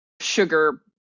sugar